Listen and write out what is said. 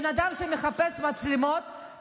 בן אדם שמחפש מצלמות,